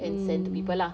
mm